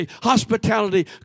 hospitality